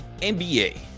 NBA